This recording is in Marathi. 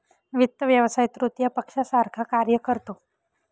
वित्त व्यवसाय तृतीय पक्षासारखा कार्य करतो